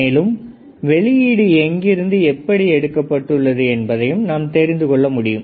மேலும் வெளியீடு எங்கிருந்து எப்படி எடுக்கப்பட்டுள்ளது என்பதையும் நாம் தெரிந்துகொள்ள முடியும்